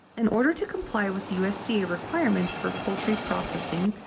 in order to comply with usda ah requirements for poultry processing,